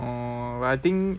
orh but I think